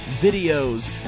videos